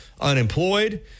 unemployed